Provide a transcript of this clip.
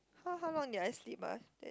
how how long did I sleep ah